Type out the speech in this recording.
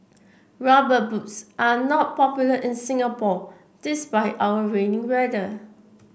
rubber boots are not popular in Singapore despite our rainy weather